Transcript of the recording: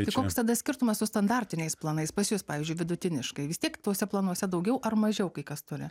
tai koks tada skirtumas su standartiniais planais pas jus pavyzdžiui vidutiniškai vis tiek tuose planuose daugiau ar mažiau kai kas turi